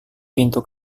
pintu